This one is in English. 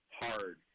hard